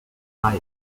tired